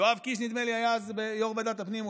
יואב קיש נדמה לי היה אז יושב-ראש ועדת הפנים,